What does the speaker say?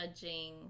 judging